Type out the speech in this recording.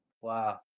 Wow